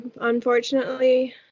unfortunately